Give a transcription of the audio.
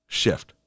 shift